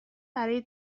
برای